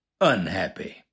unhappy